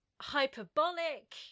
Hyperbolic